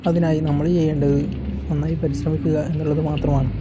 അതിനായി നമ്മൾ ചെയ്യേണ്ടത് നന്നായി പരിശ്രമിക്കുക എന്നുള്ളത് മാത്രമാണ്